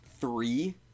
three